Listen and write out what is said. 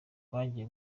bwagiye